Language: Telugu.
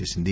చేసింది